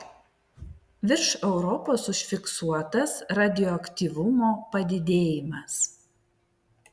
virš europos užfiksuotas radioaktyvumo padidėjimas